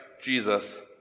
Jesus